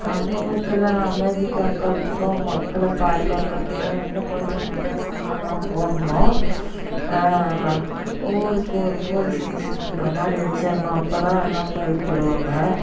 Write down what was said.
சமூகத்தில் அமைதி காக்கிறத்துக்கும் மக்களை பாதுகாக்கிறத்துக்கும் இன்னும் கொஞ்சம் நிறையா சட்டமெலாம் போடணும் ஊருக்கு ஒரு போலீஸ் ஸ்டேசனுங்ற மாதிரி வெச்சிடணும் அப்போ தான் எல்லாம் பயிப்படுவாங்க